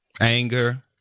anger